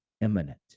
imminent